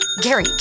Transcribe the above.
Gary